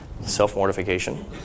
Self-mortification